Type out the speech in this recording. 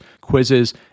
quizzes